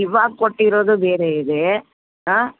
ಇವಾಗ ಕೊಟ್ಟಿರೊದು ಬೇರೆ ಇದೆ ಹಾಂ